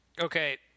Okay